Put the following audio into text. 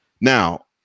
Now